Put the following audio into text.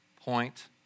point